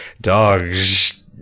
dogs